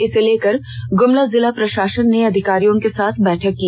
इसे लेकर गुमला जिला प्रषासन ने अधिकारियों के साथ बैठक की